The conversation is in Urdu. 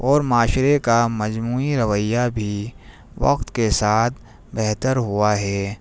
اور معاشرے کا مجموعی رویہ بھی وقت کے ساتھ بہتر ہوا ہے